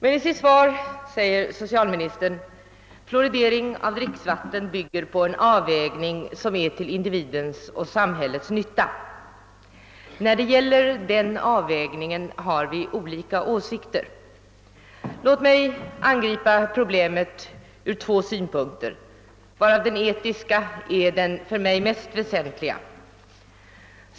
I sitt svar säger socialministern: »Fluoridering av dricksvatten bygger på en avvägning som är till individens och samhällets nytta.« När det gäller den avvägningen har vi emellertid olika åsikter. Låt mig här angripa problemet från två synpunkter, varav den etiska är den för mig mest väsentliga.